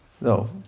No